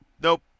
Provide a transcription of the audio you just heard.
Nope